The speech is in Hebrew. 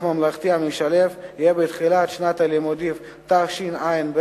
הממלכתי המשלב יהיה בתחילת שנת הלימודים התשע"ב,